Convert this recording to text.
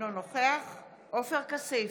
אינו נוכח עופר כסיף,